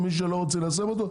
מי שלא רוצה ליישם אותו,